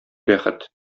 бәхет